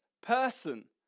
person